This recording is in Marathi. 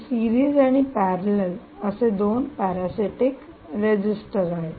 हे सिरीज आणि पॅरेलल असे 2 पॅरासीटिक रेजिस्टर आहेत